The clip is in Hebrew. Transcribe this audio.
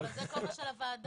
בסדר, זה כובע של הוועדה.